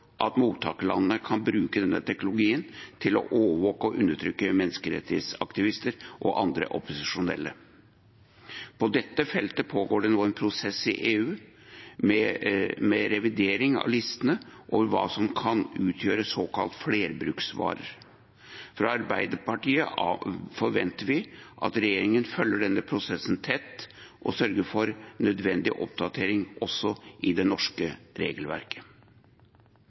at mottakerlandene kan bruke denne teknologien til å overvåke og undertrykke menneskerettighetsaktivister og andre opposisjonelle. På dette feltet pågår det nå en prosess i EU med revidering av listene over hva som kan utgjøre såkalt flerbruksvarer. Fra Arbeiderpartiet forventer vi at regjeringen følger denne prosessen tett og sørger for nødvendig oppdatering også i det norske regelverket.